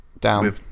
Down